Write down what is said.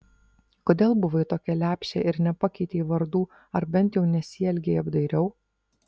kodėl buvai tokia lepšė ir nepakeitei vardų ar bent jau nesielgei apdairiau